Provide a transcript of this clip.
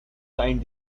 signed